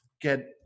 get